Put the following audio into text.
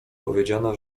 powiedziano